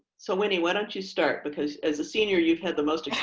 so winnie why don't you start because as a senior you've had the most